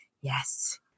yes